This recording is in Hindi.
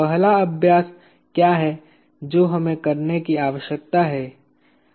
पहला अभ्यास क्या है जो हमें करने की आवश्यकता है